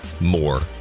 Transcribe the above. more